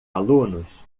alunos